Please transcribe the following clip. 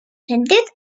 sentit